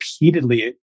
repeatedly